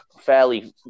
fairly